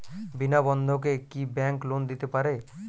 বিনা বন্ধকে কি bank loan দিতে পারে?